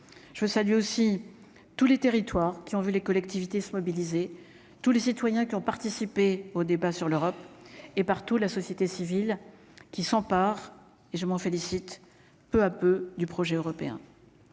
ça, lui aussi, tous les territoires qui ont vu les collectivités se mobiliser tous les citoyens qui ont participé au débat sur l'Europe et partout la société civile qui s'empare, et je m'en félicite, peu à peu du projet européen